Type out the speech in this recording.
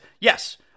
yes